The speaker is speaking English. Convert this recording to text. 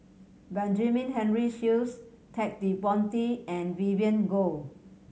Benjamin Henry Sheares Ted De Ponti and Vivien Goh